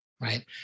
right